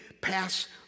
pass